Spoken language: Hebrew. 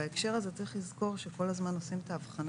בהקשר הזה צריך לזכור כאשר כל הזמן כשעושים את ההבחנה